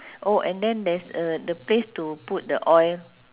oh and then there's a the place to put the oil